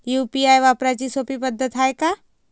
UPI वापराची सोपी पद्धत हाय का?